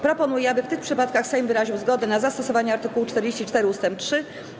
Proponuję, aby w tych przypadkach Sejm wyraził zgodę na zastosowanie art. 44 ust. 3.